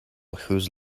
whose